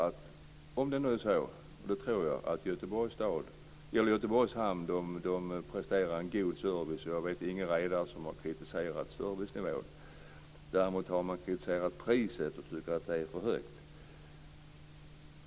Jag tror att Göteborgs hamn presterar en god service. Jag vet ingen redare som har kritiserat servicenivån. Däremot har man kritiserat priset och tyckt att det är för högt.